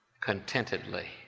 contentedly